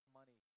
money